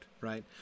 right